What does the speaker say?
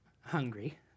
hungry